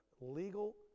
legal